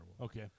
Okay